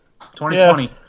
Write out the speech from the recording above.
2020